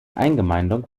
eingemeindung